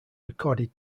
recorded